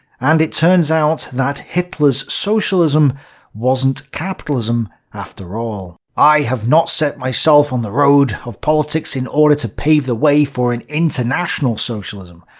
and it turns out that hitler's socialism wasn't capitalism after all. i have not set myself on the road of politics in order to pave the way for an international socialism,